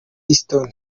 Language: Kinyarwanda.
hilton